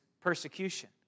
persecution